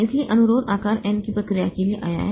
इसलिए अनुरोध आकार n की प्रक्रिया के लिए आया है